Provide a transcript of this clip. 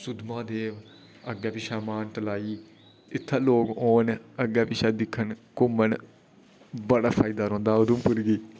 सुद्धमहादेव अग्गैं पि च्छै मानतलाई इत्थै लोक औन अग्गैं पिच्छै दिक्खन घुम्मन बड़ा फायदा रौंह्दा उधमपुर गी